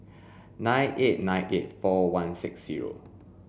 nine eight nine eight four one six zero